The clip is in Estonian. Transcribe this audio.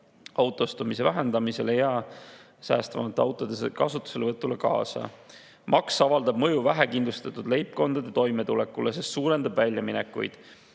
autostumise vähendamisele ja säästvamate autode kasutuselevõtule kaasa. Maks avaldab mõju vähekindlustatud leibkondade toimetulekule, sest suurendab väljaminekuid.